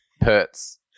Pert's